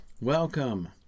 Welcome